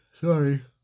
sorry